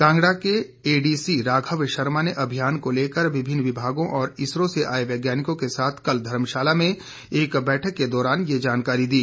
कांगड़ा के एडीसी राघव शर्मा ने अभियान को लेकर विभिन्न विभागों और इसरो से आए वैज्ञानिकों के साथ कल धर्मशाला में एक बैठक के दौरान ये जानकारी दी